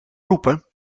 roepen